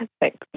Thanks